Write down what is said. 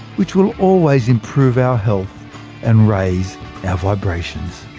which will always improve our health and raise our vibrations.